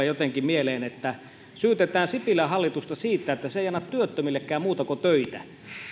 jotenkin mieleen että syytetään sipilän hallitusta siitä että se ei anna työttömillekään muuta kuin töitä